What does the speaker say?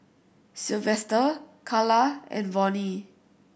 Silvester Calla and Vonnie